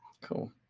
Cool